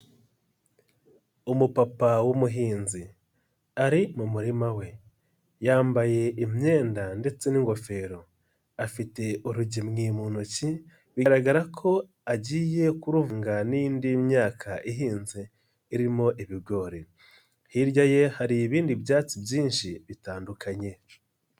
Umupapa w'umuhinzi ari mu murima we, yambaye imyenda ndetse n'ingofero, afite urugemwe mu ntoki bigaragara ko agiye kuruvuga n'indi myaka ihinze irimo ibigori, hirya ye hari ibindi byatsi byinshi bitandukanye.